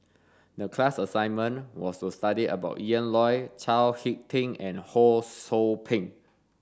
the class assignment was to study about Ian Loy Chao Hick Tin and Ho Sou Ping